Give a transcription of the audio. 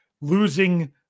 losing